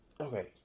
okay